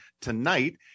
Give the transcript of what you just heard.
Tonight